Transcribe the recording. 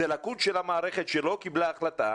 זאת לקות של המערכת שלא קיבלה החלטה,